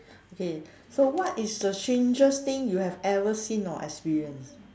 okay so what is the strangest thing you have ever seen or experienced